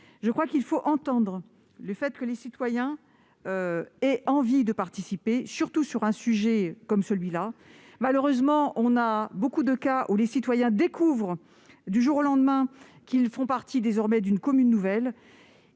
Il faut entendre le fait que les citoyens ont envie de participer, surtout sur un sujet comme celui-ci. Malheureusement, très souvent, les citoyens découvrent du jour au lendemain qu'ils font partie d'une commune nouvelle.